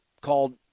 called